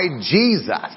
Jesus